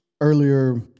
earlier